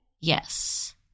Yes